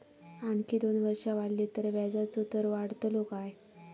आणखी दोन वर्षा वाढली तर व्याजाचो दर वाढतलो काय?